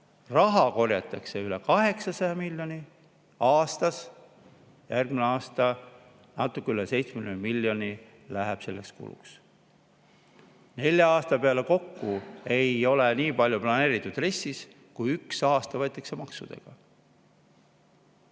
Raha korjatakse üle 800 miljoni aastas, järgmisel aastal natuke üle 70 miljoni läheb selleks kuluks. Nelja aasta peale kokku ei ole nii palju planeeritud RES‑is, kui ühel aastal maksudega